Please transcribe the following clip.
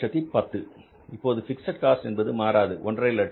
இப்போது fixed cost என்பது மாறாது 150000